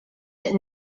that